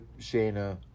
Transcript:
Shayna